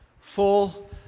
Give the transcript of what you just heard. Full